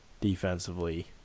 Defensively